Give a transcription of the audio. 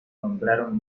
nombraron